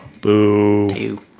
Boo